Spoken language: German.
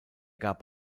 gab